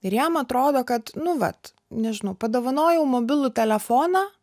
ir jam atrodo kad nu vat nežinau padovanojau mobilų telefoną